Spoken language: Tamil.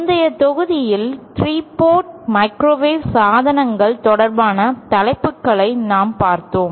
முந்தைய தொகுதி இல் 3 போர்ட் மைக்ரோவேவ் சாதனங்கள் தொடர்பான தலைப்புகளை நாங்கள் பார்த்தோம்